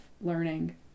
learning